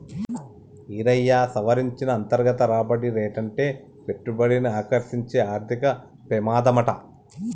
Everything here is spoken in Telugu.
ఈరయ్యా, సవరించిన అంతర్గత రాబడి రేటంటే పెట్టుబడిని ఆకర్సించే ఆర్థిక పెమాదమాట